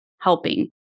helping